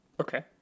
Okay